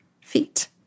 feet